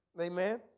Amen